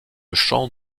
champ